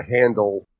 handle